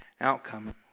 outcome